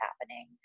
happening